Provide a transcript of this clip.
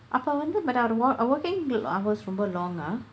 அப்போ வந்து:appoo vandthu but அவர்:avar wo~ working hours ரொம்ப:rompa long ah